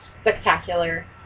spectacular